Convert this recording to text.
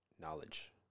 knowledge